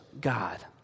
God